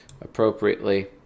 appropriately